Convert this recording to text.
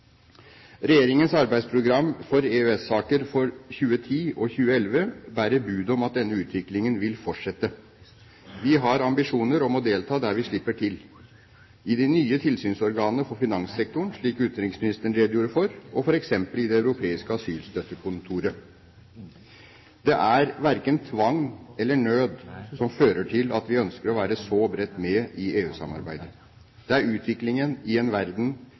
Regjeringens arbeidsprogram for EØS-saker for 2010 og 2011 bærer bud om at denne utviklingen vil fortsette. Vi har ambisjoner om å delta der vi slipper til – i de nye tilsynsorganene for finanssektoren, slik utenriksministeren redegjorde for, og f.eks. i det europeiske asylstøttekontoret. Det er verken tvang eller nød som fører til at vi ønsker å være så bredt med i EU-samarbeidet. Det er utviklingen i en verden